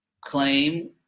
claim